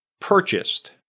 purchased